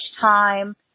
time